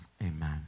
Amen